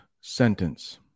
sentence